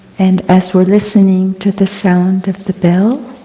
and as we are listening to the sound of the bell,